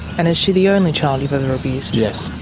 and is she the only child you've ever abused? yes.